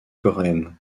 coréennes